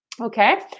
okay